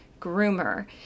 groomer